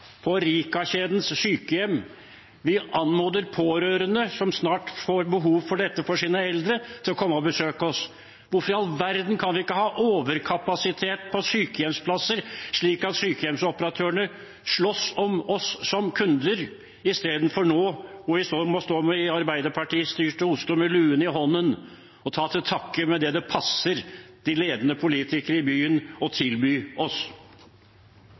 på Rica-kjedens sykehjem, vi anmoder pårørende som snart får behov for dette for sine eldre, om å komme og besøke oss. Hvorfor i all verden kan vi ikke ha overkapasitet på sykehjemsplasser, slik at sykehjemsoperatørene slåss om oss som kunder, istedenfor som nå i Arbeiderparti-styrte Oslo, hvor vi må stå med luen i hånden og ta til takke med det det passer de ledende politikere i byen å tilby oss?